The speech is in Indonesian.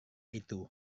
itu